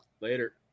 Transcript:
later